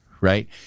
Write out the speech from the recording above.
right